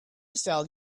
sell